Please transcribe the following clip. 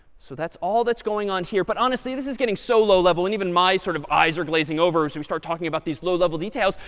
so that's all that's going on here. but honestly, this is getting so low level. and even my sort of eyes are glazing over as we start talking about these low level details.